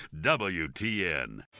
WTN